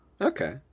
Okay